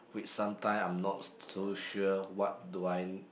which sometime I'm not so sure what do I